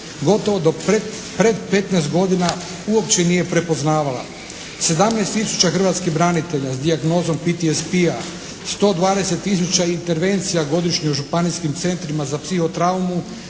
gotovo do pred 15 godina uopće nije prepoznavala. 17 tisuća hrvatskih branitelja s dijagnozom PTSP-a, 120 tisuća intervencija godišnje u županijskim centrima za psihotraumu,